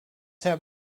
have